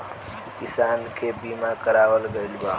किसान के बीमा करावल गईल बा